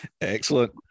Excellent